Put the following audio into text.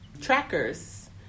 Trackers